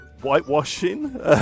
whitewashing